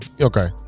Okay